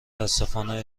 متأسفانه